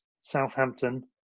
Southampton